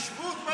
התיישבות ברצועה.